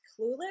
clueless